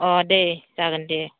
अ दे जागोन दे